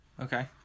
Okay